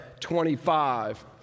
25